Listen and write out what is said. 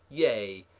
yea,